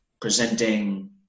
presenting